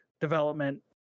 development